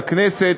לכנסת,